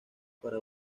para